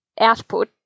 output